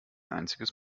einziges